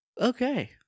Okay